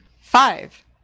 Five